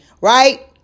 right